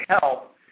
help